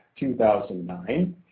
2009